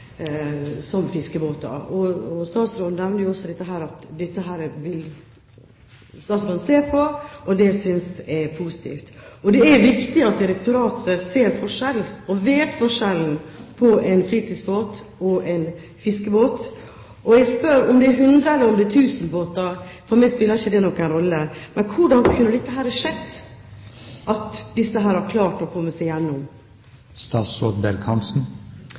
som fiskebåter. Statsråden sier at hun vil se på dette, og det synes jeg er positivt. Det er viktig at direktoratet vet forskjellen på en fritidsbåt og en fiskebåt. Om det er hundre eller tusen båter, spiller for meg ikke noen rolle. Men hvordan kan det ha skjedd at disse har klart å komme seg